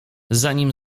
zanim